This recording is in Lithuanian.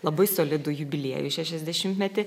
labai solidų jubiliejų šešiasdešimtmetį